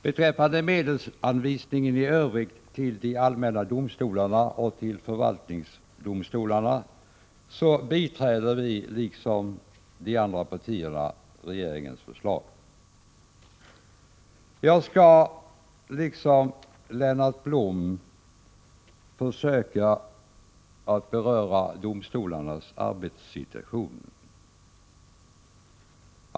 Beträffande medelsanvisningen i övrigt till de allmänna domstolarna och till förvaltningsdomstolarna biträder vi — liksom de andra partierna — regeringens förslag. Jag skall liksom Lennart Blom försöka att beröra domstolarnas arbetssituation.